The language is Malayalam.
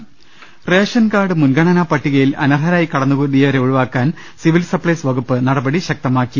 ്്്്്്്് റേഷൻ കാർഡ് മുൻഗണനാപട്ടികയിൽ അനർഹമായി കടന്നുകൂടിയ വരെ ഒഴിവാക്കാൻ സിവിൽ സപ്ലൈസ് വകുപ്പ് നടപടി ശക്തമാക്കി